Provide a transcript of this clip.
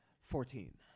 Fourteen